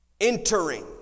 entering